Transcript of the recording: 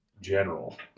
general